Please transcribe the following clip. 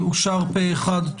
אושר פה אחד.